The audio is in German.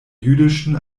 jüdischen